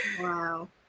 wow